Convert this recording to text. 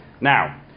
Now